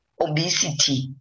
obesity